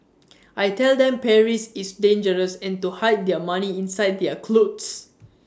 I tell them Paris is dangerous and to hide their money inside their clothes